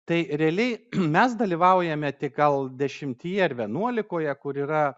tai realiai mes dalyvaujame tik gal dešimtyje ar vienuolikoje kur yra